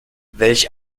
welch